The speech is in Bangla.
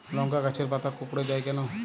লংকা গাছের পাতা কুকড়ে যায় কেনো?